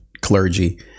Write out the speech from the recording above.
clergy